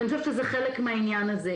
ואני חושבת שזה חלק מהעניין הזה.